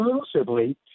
exclusively